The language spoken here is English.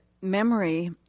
memory